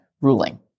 ruling